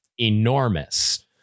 enormous